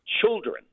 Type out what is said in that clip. children